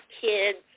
kids